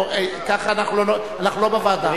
אנחנו לא בוועדה.